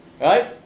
right